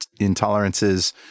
intolerances